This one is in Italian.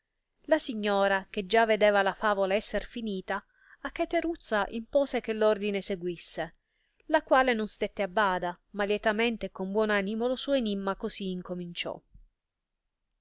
la signora che già vedeva la favola esser finita a cateruzza impose che ordine seguisse la quale non stette a bada ma lietamente e con buon animo lo suo enimma cosi incominciò